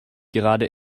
gerade